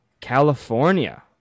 California